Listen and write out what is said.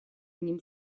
ним